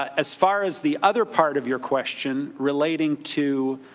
as far as the other part of your question relating to